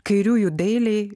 kairiųjų dailei